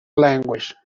language